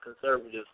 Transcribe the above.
conservatives